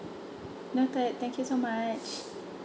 noted thank you so much